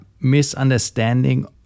misunderstanding